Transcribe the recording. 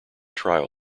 trial